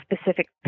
specific